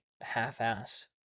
half-ass